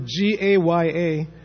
G-A-Y-A